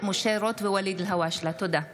הצעת חוק תאגידי מים וביוב (תיקון מס'